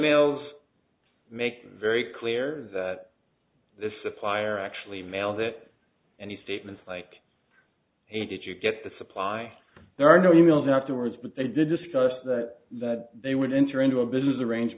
males make very clear that this supplier actually mails it and he statements like hey did you get the supply there are no e mails afterwards but they did discuss that that they would enter into a business arrange